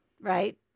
Right